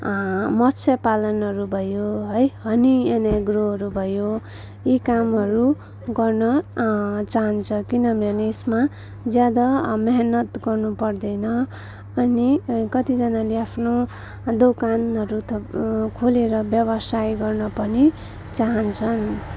मत्स्य पालनहरू भयो है हनी एन एग्रोहरू भयो यी कामहरू गर्न चाहन्छ किनभने यसमा ज्यादा मेहनत गर्नु पर्दैन अनि कतिजनाले आफ्नो दोकानहरू थप खोलेर व्यवसाय गर्न पनि चाहन्छन्